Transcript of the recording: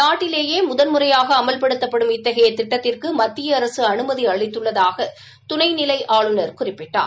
நாட்டிலேயே முதல் முறையாக அமவ்படுத்தப்படும் இத்தகைய திட்டத்திற்கு மத்திய அரசு அனுமதி அளித்துள்ளதாக துணை நிலை ஆளுநர் குறிப்பிட்டார்